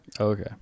Okay